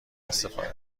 استفاده